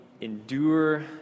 endure